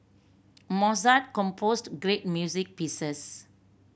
Mozart composed great music pieces